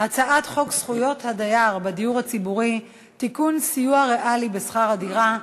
הצעת חוק זכויות הדייר בדיור הציבורי (תיקון - סיוע ריאלי בשכר דירה),